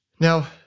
Now